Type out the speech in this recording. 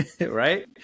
right